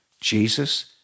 Jesus